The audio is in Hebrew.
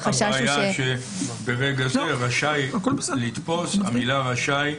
הבעיה שברגע זה "רשאי לתפוס", המילה "רשאי"